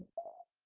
all